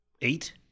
Eight